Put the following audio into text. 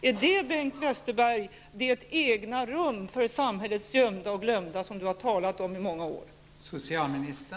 Är detta, Bengt Westerberg, det egna rum för samhällets gömda och glömda som ni har talat om i många år?